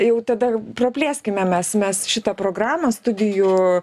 jau tada praplėskime mes mes šitą programą studijų